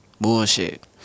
Bullshit